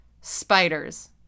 spiders